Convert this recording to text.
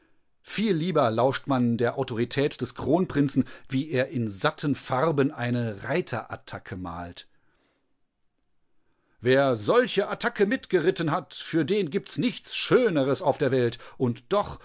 viel lieber lauscht man der autorität des kronprinzen wie er in satten farben eine reiterattacke malt wer solche attacke mitgeritten hat für den gibts nichts schöneres auf der welt und doch